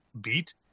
beat